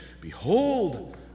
Behold